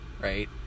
right